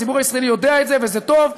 הציבור הישראלי יודע את זה, וזה טוב.